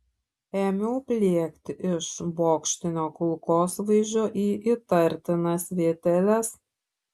ėmiau pliekti iš bokštinio kulkosvaidžio į įtartinas vieteles